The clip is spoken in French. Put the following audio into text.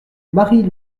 marie